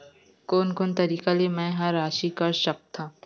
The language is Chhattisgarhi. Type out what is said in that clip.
कोन कोन तरीका ले मै ह राशि कर सकथव?